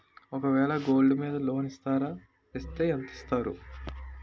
ఒక వేల గోల్డ్ మీద లోన్ ఇస్తారా? ఇస్తే ఎంత ఇస్తారు?